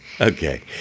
Okay